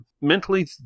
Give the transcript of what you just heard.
mentally